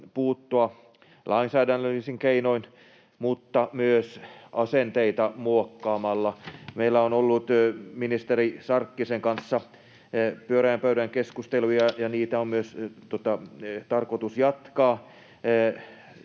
puuttua, lainsäädännöllisin keinoin mutta myös asenteita muokkaamalla. Meillä on ollut ministeri Sarkkisen kanssa pyöreän pöydän keskusteluja, ja niitä on myös tarkoitus jatkaa.